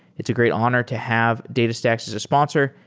it's a great honor to have datastax as a sponsor,